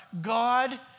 God